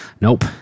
Nope